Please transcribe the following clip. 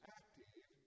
active